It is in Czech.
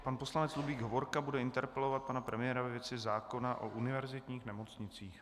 Pan poslanec Ludvík Hovorka bude interpelovat pana premiéra ve věci zákona o univerzitních nemocnicích.